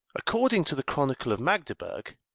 according to the chronicle of magdeburg,